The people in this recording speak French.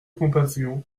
compassion